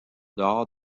dehors